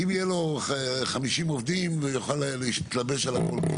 אם יהיו לו 50 עובדים, הוא יוכל להתלבש על הכול.